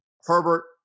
Herbert